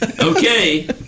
Okay